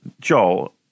Joel